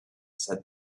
said